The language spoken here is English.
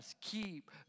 keep